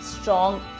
strong